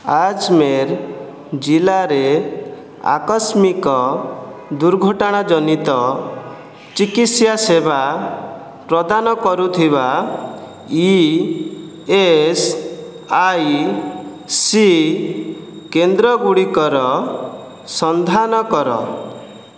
ଆଜ୍ମେର୍ ଜିଲ୍ଲାରେ ଆକସ୍ମିକ ଦୁର୍ଘଟଣା ଜନିତ ଚିକିତ୍ସା ସେବା ପ୍ରଦାନ କରୁଥିବା ଇ ଏସ୍ ଆଇ ସି କେନ୍ଦ୍ର ଗୁଡ଼ିକର ସନ୍ଧାନ କର